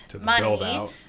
money